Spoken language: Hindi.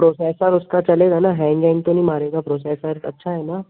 प्रोसेसर उसका चलेगा ना हैंग एंग तो नहीं मारेगा प्रोसेसर अच्छा है ना